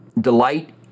Delight